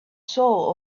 soul